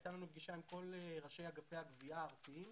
הייתה לנו פגישה עם כל ראשי אגפי הגבייה הארציים.